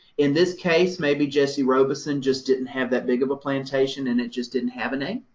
in this case, maybe jessie robison just didn't have that big of a plantation and it just didn't have a name.